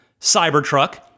Cybertruck